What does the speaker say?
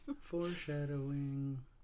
Foreshadowing